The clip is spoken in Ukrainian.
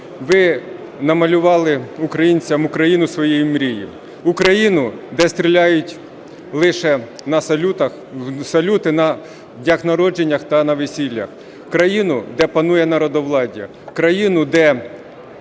ви намалювали українцям Україну своєї мрії. Україну, де стріляють лише салюти на днях народження та на весіллях. Країну, де панує народовладдя. Країну, де